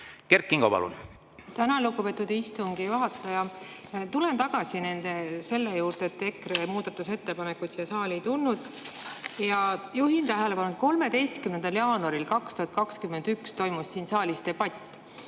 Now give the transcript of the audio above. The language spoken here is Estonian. Kert Kingo, palun! Tänan, lugupeetud istungi juhataja! Tulen tagasi selle juurde, et EKRE muudatusettepanekuid siia saali ei tulnud. Juhin tähelepanu, et 13. jaanuaril 2021 toimus siin saalis debatt,